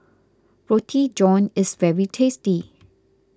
Roti John is very tasty